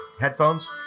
headphones